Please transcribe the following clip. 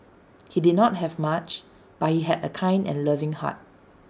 he did not have much but he had A kind and loving heart